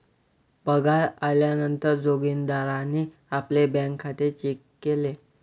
पगार आल्या नंतर जोगीन्दारणे आपले बँक खाते चेक केले